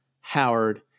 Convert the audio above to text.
Howard